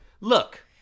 Look